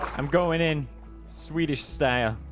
i'm going in swedish style